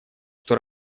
что